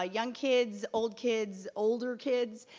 ah young kids, old kids, older kids,